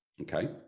Okay